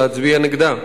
להצביע נגדה.